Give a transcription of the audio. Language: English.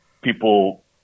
people